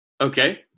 Okay